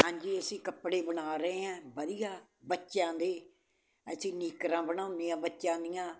ਹਾਂਜੀ ਅਸੀਂ ਕੱਪੜੇ ਬਣਾ ਰਹੇ ਹਾਂ ਵਧੀਆ ਬੱਚਿਆਂ ਦੇ ਅਸੀਂ ਨਿੱਕਰਾਂ ਬਣਾਉਂਦੇ ਹਾਂ ਬੱਚਿਆਂ ਦੀਆਂ